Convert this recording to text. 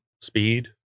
speed